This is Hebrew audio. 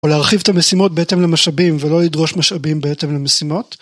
או להרחיב את המשימות בהתאם למשאבים ולא לדרוש משאבים בהתאם למשימות.